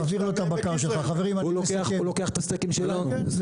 רק משפט.